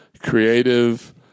creative